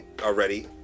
already